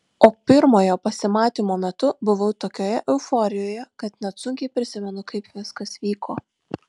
o pirmojo pasimatymo metu buvau tokioje euforijoje kad net sunkiai prisimenu kaip viskas vyko